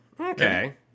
Okay